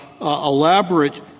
elaborate